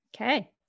Okay